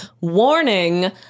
Warning